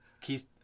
Keith